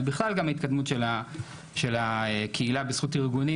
ובכלל גם ההתקדמות של הקהילה בזכות ארגונים